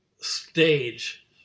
stage